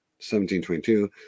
1722